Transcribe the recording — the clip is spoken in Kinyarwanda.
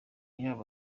y’aba